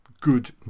good